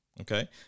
Okay